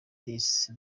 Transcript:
disi